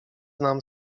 nam